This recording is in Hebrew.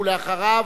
ואחריו,